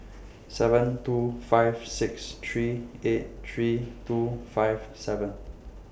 seven two five six three eight three two five seven